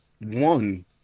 one